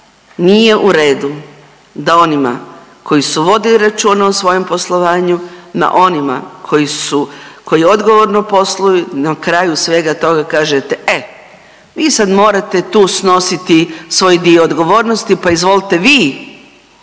nije u redu da onima koji su vodili računa o svojem poslovanju na onima koji odgovorno posluju na kraju svega toga kažete e, vi sada morate tu snositi svoj dio odgovornosti pa izvolite vi